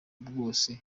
bwose